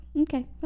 Okay